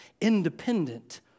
independent